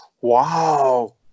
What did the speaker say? Wow